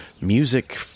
music